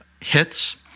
hits